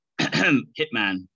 Hitman